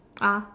ah